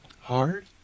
hard